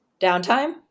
Downtime